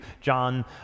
John